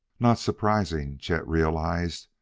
not surprising, chet realized,